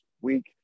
week